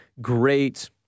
great